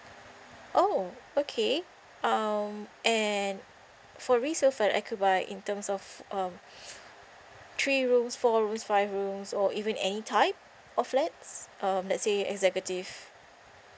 oh okay um and for resale flat I could buy in terms of um three rooms four rooms five rooms or even any type of flats um let say executive